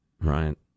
Right